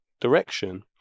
direction